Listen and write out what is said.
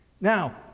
now